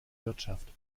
wirtschaft